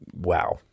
wow